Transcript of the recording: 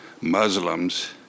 Muslims